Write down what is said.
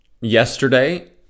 yesterday